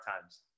times